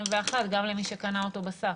גם למי שקנה אותו בשק.